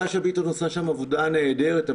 שאשא ביטון עושה שם עבודה נהדרת,